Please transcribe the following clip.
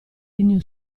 regno